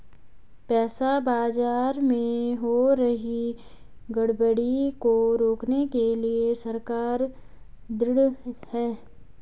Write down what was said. पैसा बाजार में हो रही गड़बड़ी को रोकने के लिए सरकार ढृढ़ है